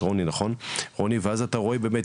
את רוני ואז אתה רואה באמת,